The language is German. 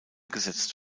gesetzt